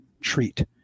treat